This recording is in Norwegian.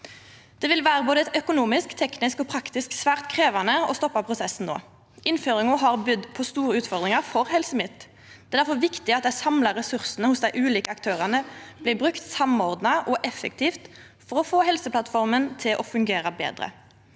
Det vil vera både økonomisk, teknisk og praktisk svært krevjande å stoppa prosessen no. Innføringa har bydd på store utfordringar for Helse Midt-Noreg. Det er difor viktig at dei samla ressursane hos dei ulike aktørane blir brukte samordna og effektivt for å få Helseplattforma til å fungera betre.